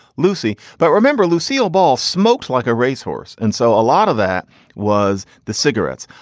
lucy. but remember, lucille ball smokes like a racehorse. and so a lot of that was the cigarettes.